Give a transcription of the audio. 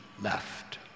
Left